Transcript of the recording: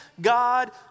God